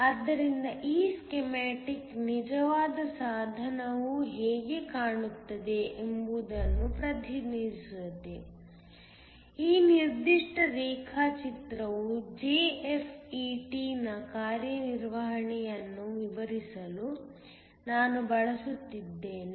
ಆದ್ದರಿಂದ ಈ ಸ್ಕೀಮ್ಯಾಟಿಕ್ ನಿಜವಾದ ಸಾಧನವು ಹೇಗೆ ಕಾಣುತ್ತದೆ ಎಂಬುದನ್ನು ಪ್ರತಿನಿಧಿಸುತ್ತದೆ ಈ ನಿರ್ದಿಷ್ಟ ರೇಖಾಚಿತ್ರವು JFET ನ ಕಾರ್ಯನಿರ್ವಹಣೆಯನ್ನು ವಿವರಿಸಲು ನಾನು ಬಳಸುತ್ತಿದ್ದೇನೆ